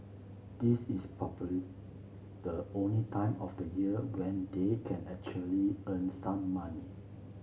this is probably the only time of the year when they can actually earn some money